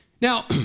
Now